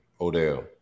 Odell